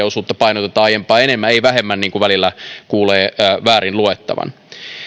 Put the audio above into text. osuutta painotetaan aiempaa enemmän ei vähemmän niin kuin välillä kuulee väärin luettavan